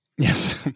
Yes